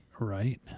Right